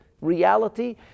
reality